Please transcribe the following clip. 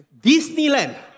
Disneyland